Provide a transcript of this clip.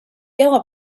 yellow